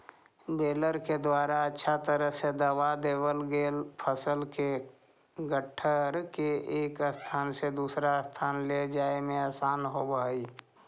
baler के द्वारा अच्छा तरह से दबा देवल गेल फसल के गट्ठर के एक स्थान से दूसर स्थान ले जाए में आसान होवऽ हई